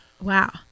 Wow